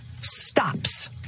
stops